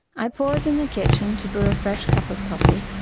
i pause in the kitchen to brew a fresh cup of coffee,